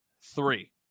Three